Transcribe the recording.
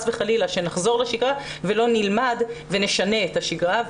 וחלילה שנחזור לשגרה ולא נלמד ונשנה את השגרה.